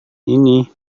ini